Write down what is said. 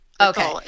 Okay